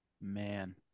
Man